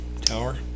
Tower